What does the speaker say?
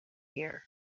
here